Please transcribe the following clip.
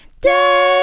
day